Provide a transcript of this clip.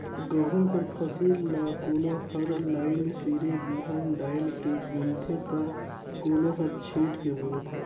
गहूँ कर फसिल ल कोनो हर लाईन सिरे बीहन डाएल के बूनथे ता कोनो हर छींट के बूनथे